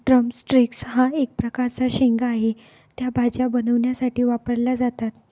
drum sticks हा एक प्रकारचा शेंगा आहे, त्या भाज्या बनवण्यासाठी वापरल्या जातात